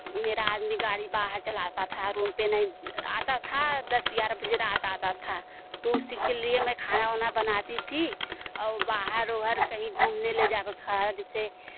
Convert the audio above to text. मेरा आदमी गाड़ी बाहर चलाता था रूम पर नहीं आता था दस ग्यारह बजे रात आता था तो उसी के लिए मैं खाना वाना बनाती थी और बाहर उहर कहीं घूमने ले जाता था जैसे